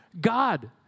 God